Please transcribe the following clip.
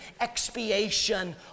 expiation